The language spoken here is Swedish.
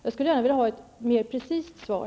Jag skulle gärna vilja ha ett mer preciserat svar.